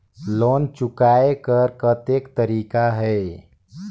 Loan चुकाय कर कतेक तरीका है?